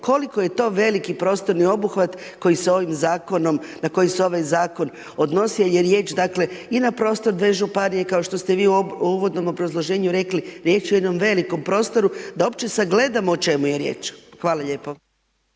koliko je to veliki prostorni obuhvat koji se ovim zakonom, na koji se ovaj zakon odnosi je riječ, dakle, i na prostor te županije, kao što ste vi u uvodnom obrazloženju rekli, riječ je o jednom velikom prostoru, da opće sagledamo o čemu je riječ. Hvala lijepo.